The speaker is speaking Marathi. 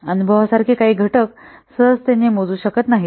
अनुभवासारखे काही घटक सहजतेने मोजू शकत नाहीत